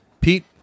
Pete